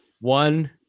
One